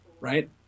Right